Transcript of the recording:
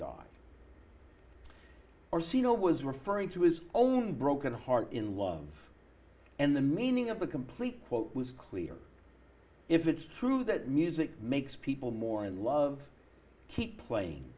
orsino was referring to his own broken heart in love and the meaning of the complete quote was clear if it's true that music makes people more in love keep playing